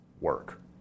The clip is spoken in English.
work